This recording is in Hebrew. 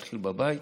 מתחיל בבית,